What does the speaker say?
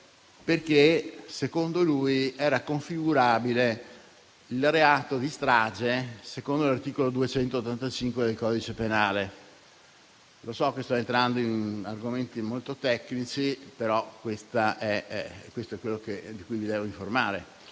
perché secondo lui era configurabile il reato di strage secondo l'articolo 285 del codice penale. So che sto entrando in argomenti molto tecnici, ma questo è quello di cui vi devo informare.